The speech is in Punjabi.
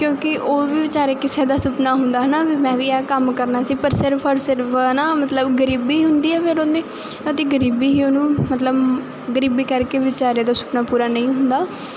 ਕਿਉਂਕਿ ਉਹ ਵਿਚਾਰੇ ਕਿਸੇ ਦਾ ਸੁਪਨਾ ਹੁੰਦਾ ਹਨਾ ਮੈਂ ਵੀ ਆਹ ਕੰਮ ਕਰਨਾ ਸੀ ਪਰ ਸਿਰਫ ਔਰ ਸਿਰਫ ਨਾ ਮਤਲਬ ਗਰੀਬੀ ਹੁੰਦੀ ਹੈ ਫਿਰ ਉਹਨੇ ਅਤੇ ਗਰੀਬੀ ਹੀ ਉਹਨੂੰ ਮਤਲਬ ਗਰੀਬੀ ਕਰਕੇ ਵਿਚਾਰੇ ਦਾ ਸੁਪਨਾ ਪੂਰਾ ਨਹੀਂ ਹੁੰਦਾ ਸੋ